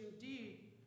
indeed